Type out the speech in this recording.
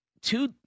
Two